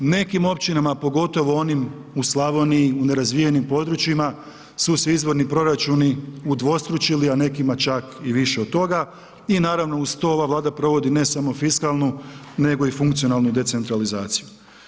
Nekim općinama, pogotovo onim u Slavoniji, u nerazvijenim područjima su se izvorni proračuni udvostručili, a nekima čak i više od toga i naravno, uz to, ova Vlada provodi, ne samo fiskalnu nego i funkcionalnu decentralizaciju.